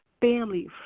family